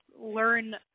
learn